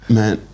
Man